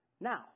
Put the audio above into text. Now